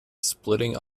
splitting